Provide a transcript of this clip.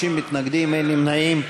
50 מתנגדים, אין נמנעים.